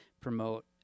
promote